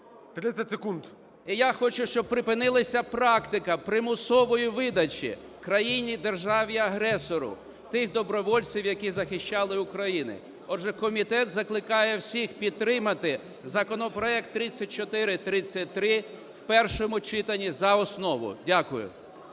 І я хочу, щоб припинилася практика примусової видачі країні державі агресору тих добровольців, які захищали Україну. Отже, комітет закликає всіх підтримати законопроект 3433 в першому читанні за основу. Дякую.